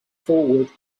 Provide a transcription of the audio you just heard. forward